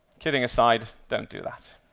kidding aside, don't do that.